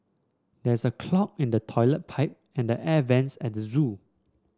there is a clog in the toilet pipe and the air vents at the zoo